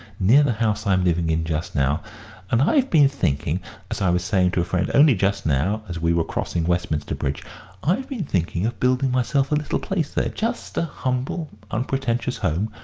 near the house i'm living in just now and i've been thinking as i was saying to a friend only just now, as we were crossing westminster bridge i've been thinking of building myself a little place there, just a humble, unpretentious home,